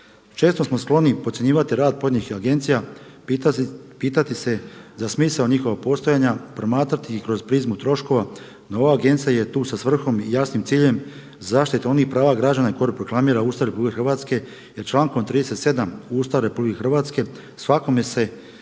Često smo skloni podcjenjivati rad pojedinih agencija, pitati se za smisao njihovog postojanja, promatrati ih kroz prizmu troškova. No, ova agencija je tu sa svrhom i jasnim ciljem zaštite onih prava građana koje proklamira Ustav Republike Hrvatske jer člankom 37. Ustava Republike Hrvatske svakome se, dakle